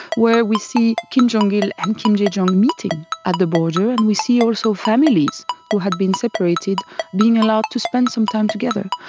where we see kim jong-il and kim dae-jung meeting at the border and we see also families who had been separated being allowed to spend some time together.